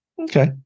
Okay